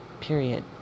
period